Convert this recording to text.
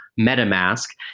metamask,